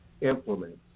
implements